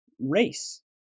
race